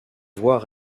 voies